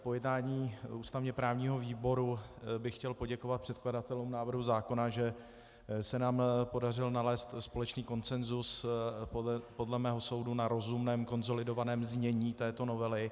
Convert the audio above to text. Po jednání ústavněprávního výboru bych chtěl poděkovat předkladatelům návrhu zákona, že se nám podařilo nalézt společný konsenzus podle mého soudu na rozumném konsolidovaném znění této novely.